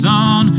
on